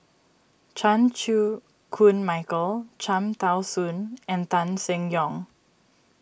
Chan Chew Koon Michael Cham Tao Soon and Tan Seng Yong